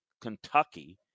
Kentucky